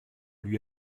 lui